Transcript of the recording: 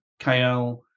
KL